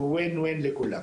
ניצחון לכולם.